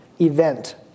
event